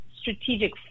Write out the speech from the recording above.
strategic